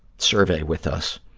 survey with us.